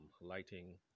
lighting